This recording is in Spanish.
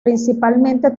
principalmente